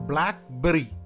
Blackberry